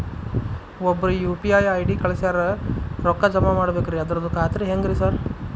ಒಬ್ರು UPI ID ಕಳ್ಸ್ಯಾರ ರೊಕ್ಕಾ ಜಮಾ ಮಾಡ್ಬೇಕ್ರಿ ಅದ್ರದು ಖಾತ್ರಿ ಹೆಂಗ್ರಿ ಸಾರ್?